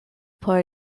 por